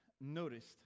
noticed